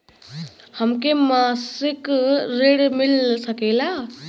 हमके मासिक ऋण मिल सकेला?